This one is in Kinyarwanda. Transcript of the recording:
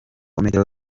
bajya